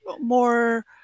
more